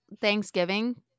Thanksgiving